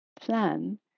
plan